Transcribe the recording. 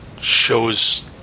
shows